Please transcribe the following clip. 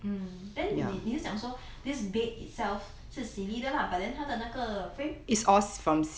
um then 你是讲说 this bed itself 是 sealy 的啦 but then 它的那个 frame